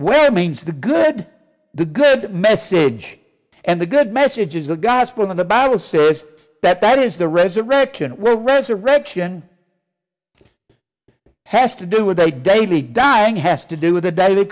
where means the good the good message and the good message is the gospel in the bible serious that that is the resurrection where resurrection has to do with a daily dying has to do with the day the